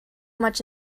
much